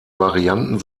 varianten